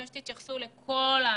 שתתייחסו לכל הענפים: